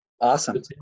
Awesome